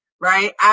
right